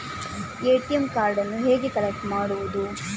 ATM ಕಾರ್ಡನ್ನು ಹೇಗೆ collect ಮಾಡುವುದು?